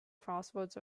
crossroads